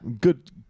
good